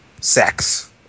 sex